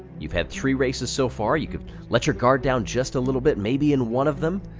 you've had three races so far, you could let your guard down just a little bit maybe in one of them,